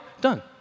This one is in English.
done